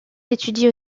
étudie